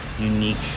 unique